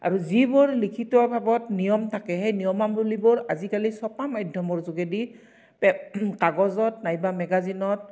আৰু যিবোৰ লিখিত ভাৱত নিয়ম থাকে সেই নিয়মাৱলীবোৰ আজিকালি ছপা মাধ্যমৰ যোগেদি পে কাগজত নাইবা মেগাজিনত